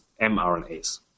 mRNAs